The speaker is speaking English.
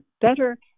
better